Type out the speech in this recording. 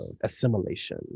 assimilation